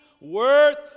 worth